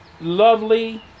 lovely